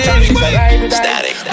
static